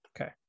Okay